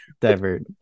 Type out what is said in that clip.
divert